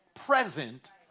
Present